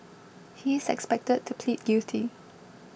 he is expected to plead guilty